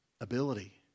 ability